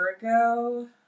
Virgo